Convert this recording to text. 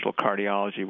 cardiology